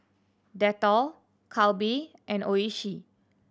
Dettol Calbee and Oishi